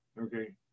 Okay